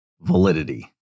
validity